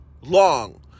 long